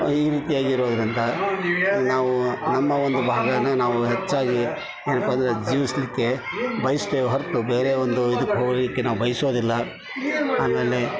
ಈ ರೀತಿಯಾಗಿರೋದರಿಂದ ನಾವು ನಮ್ಮ ಒಂದು ಭಾಗಾನ ನಾವು ಹೆಚ್ಚಾಗಿ ಏನಪ್ಪಾ ಅಂದರೆ ಜೀವಿಸಲಿಕ್ಕೆ ಬಯಸ್ತೇವೆ ಹೊರತು ಬೇರೆ ಒಂದು ಇದಕ್ಕೆ ಹೋಗೋದಕ್ಕೆ ನಾವು ಬಯಸೋದಿಲ್ಲ ಆಮೇಲೆ